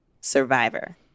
Survivor